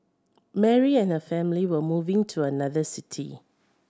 Mary and her family were moving to another city